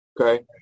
Okay